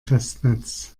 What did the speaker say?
festnetz